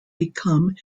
become